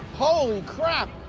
holy crap!